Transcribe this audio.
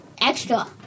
Extra